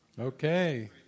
Okay